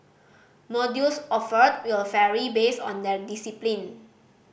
modules offered will vary based on their discipline